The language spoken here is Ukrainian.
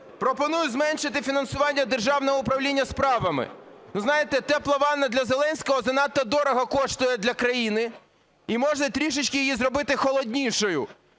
Пропоную зменшити фінансування Державного управління справами. Знаєте, тепла ванна для Зеленського занадто дорого коштує для країни і можна трішечки її зробити холоднішою